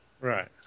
Right